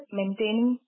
maintaining